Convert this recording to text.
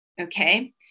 Okay